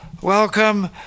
Welcome